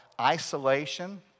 isolation